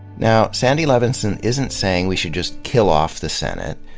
now, sandy levinson isn't saying we should just kill off the senate.